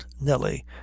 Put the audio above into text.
nelly